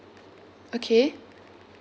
okay